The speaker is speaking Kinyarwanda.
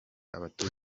abatuye